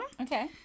Okay